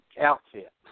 outfit